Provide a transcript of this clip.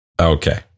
Okay